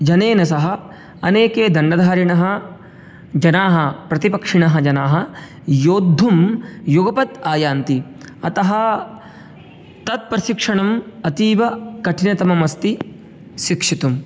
जनेन सह अनेके दण्डधारिणः जनाः प्रतिपक्षिणः जनाः योद्धुं युगपत् आयान्ति अतः तत् प्रशिक्षणम् अतीवकठिनतममस्ति शिक्षितुम्